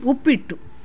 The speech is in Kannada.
ಉಪ್ಪಿಟ್ಟು